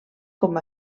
com